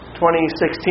2016